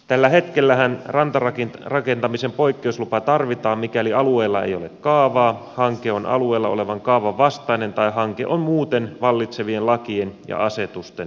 tällä hetkellähän rantarakentamisen poikkeamislupa tarvitaan mikäli alueella ei ole kaavaa hanke on alueella olevan kaavan vastainen tai hanke on muuten vallitsevien lakien ja asetusten vastainen